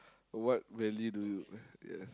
what really do you yes